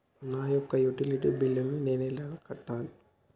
నా యొక్క utility bill నేను ఎలా కట్టాలి?